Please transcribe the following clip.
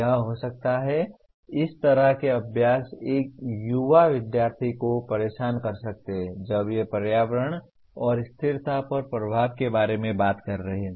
यह हो सकता है इस तरह के अभ्यास एक युवा विद्यार्थी को परेशान कर सकते हैं जब वे पर्यावरण और स्थिरता पर प्रभाव के बारे में बात कर रहे हैं